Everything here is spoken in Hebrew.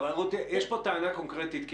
אבל רותי, יש פה טענה קונקרטית.